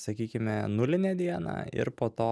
sakykime nulinę dieną ir po to